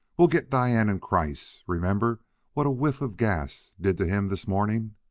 we'll get diane and kreiss remember what a whiff of gas did to him this morning.